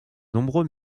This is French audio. nombreux